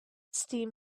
steam